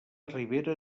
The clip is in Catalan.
ribera